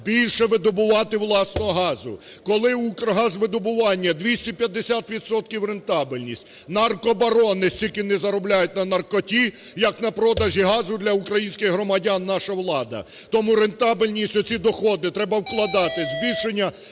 більше видобувати власного газу. Коли "Укргазвидобування" 250 відсотків рентабельність! Наркобарони стільки не заробляють на наркоті, як на продажу газу для українських громадян наша влада. Тому рентабельність, оці доходи треба вкладати у збільшення